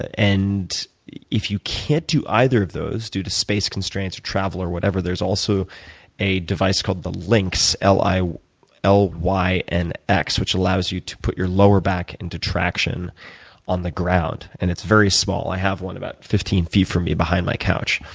and if you can't do either of those due to space constraints, travel, or whatever, there's also a device called the lynx, l l y n x, which allows you to put your lower back into traction on the ground. and it's very small. i have one about fifteen feet from me behind my couch.